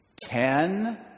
ten